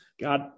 God